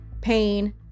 pain